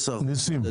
15%. ניסים,